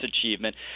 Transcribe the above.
achievement